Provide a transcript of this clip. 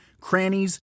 crannies